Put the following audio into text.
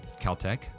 Caltech